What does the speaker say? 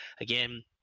Again